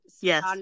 Yes